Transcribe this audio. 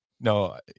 no